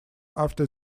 after